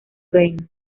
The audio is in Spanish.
reina